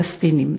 פלסטינים.